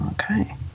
okay